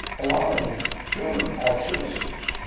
a lot of the children are citizens.